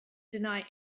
deny